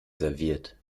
serviert